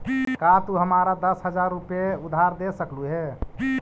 का तू हमारा दस हज़ार रूपए उधार दे सकलू हे?